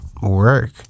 work